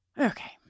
Okay